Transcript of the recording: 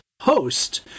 host